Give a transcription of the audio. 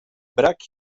brak